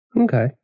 Okay